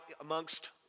amongst